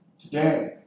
today